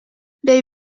bei